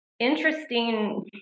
Interesting